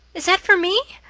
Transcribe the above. is that for me?